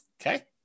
Okay